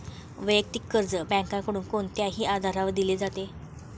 वैयक्तिक कर्ज बँकांकडून कोणत्याही आधारावर दिले जाते